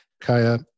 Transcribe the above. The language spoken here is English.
Kaya